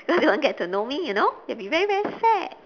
because you won't get to know me you know you'll be very very sad